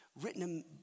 written